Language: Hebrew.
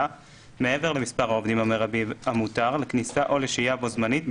מעבר למספר העובדים המרבי המותר לכניסה או לשהייה בו־זמנית,